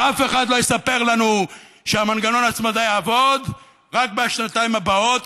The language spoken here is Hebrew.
ואף אחד לא יספר לנו שמנגנון ההצמדה יעבוד רק מהשנתיים הבאות,